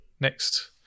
next